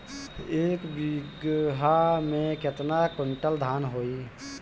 एक बीगहा में केतना कुंटल धान होई?